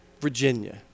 Virginia